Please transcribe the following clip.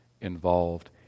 involved